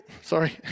sorry